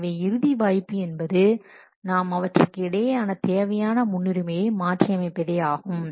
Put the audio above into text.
எனவே இறுதி வாய்ப்பு என்பது நாம் அவற்றிற்கு இடையேயான தேவையான முன்னுரிமையை மாற்றி அமைப்பதே ஆகும்